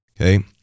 Okay